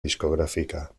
discográfica